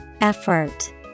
Effort